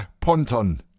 ponton